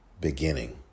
Beginning